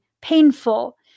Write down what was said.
painful